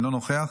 אינו נוכח,